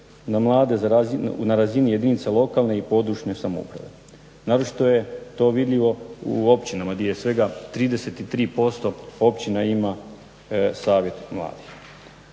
na razini jedinica lokalne i područne samouprave. Naročito je to vidljivo u općinama gdje svega 33% općina ima savjet mladih.